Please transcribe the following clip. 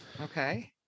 Okay